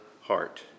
heart